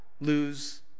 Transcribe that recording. lose